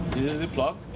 the plug.